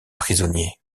prisonniers